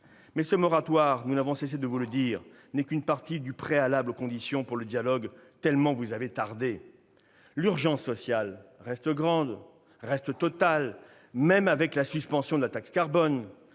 Mais ce moratoire, nous n'avons cessé de vous le dire, n'est qu'une partie du préalable à la création des conditions du dialogue, tant vous avez tardé ! L'urgence sociale reste grande, voire totale, même avec la suspension de la taxe carbone.